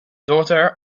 daughter